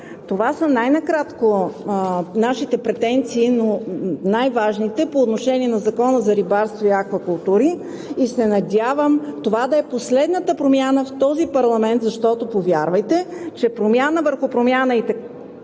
Това са най-накратко нашите претенции, но най-важните по отношение на Закона за рибарството и аквакултурите, и се надявам да е последната промяна в този парламент, защото, повярвайте, че промяна върху промяна и